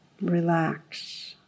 relax